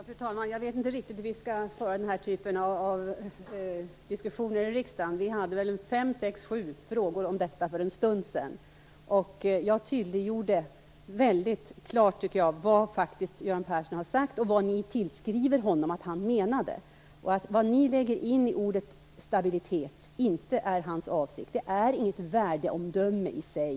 Fru talman! Jag vet inte riktigt hur vi skall föra den här typen av diskussioner i riksdagen. För en stund sedan fick jag sju frågor om detta. Jag tydliggjorde då väldigt klart vad Göran Persson faktiskt hade sagt och vad ni tillskriver honom att han menade. Vad ni lägger in i ordet stabilitet är inte detsamma som han lade in. Detta ord är inget värdeomdöme i sig.